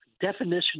definition